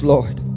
Lord